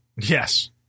Yes